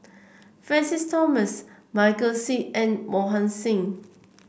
Francis Thomas Michael Seet and Mohan Singh